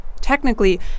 technically